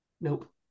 Nope